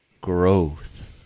growth